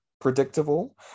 predictable